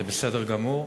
זה בסדר גמור.